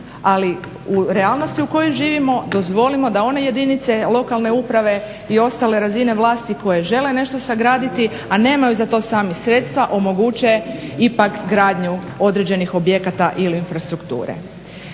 Ali u realnosti u kojoj živimo dozvolimo da one jedinice lokalne uprave i ostale razine vlasti koje žele nešto sagraditi, a nemaju za to sami sredstva omoguće ipak gradnju određenih objekata ili infrastrukture.